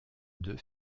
deux